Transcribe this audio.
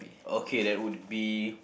okay that would be